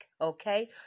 okay